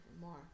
more